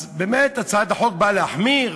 אז הצעת החוק באה להחמיר